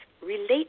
relate